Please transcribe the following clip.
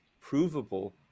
provable